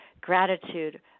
gratitude